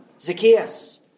Zacchaeus